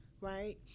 right